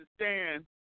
understand